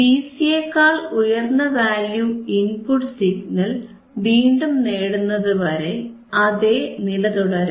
Vc യേക്കാൾ ഉയർന്ന value input signal വീണ്ടും നേടുന്നതുവരെ അതേ നില തുടരും